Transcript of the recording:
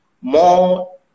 more